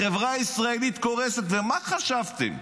החברה הישראלית קורסת, ומה חשבתם?